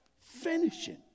finishing